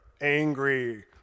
angry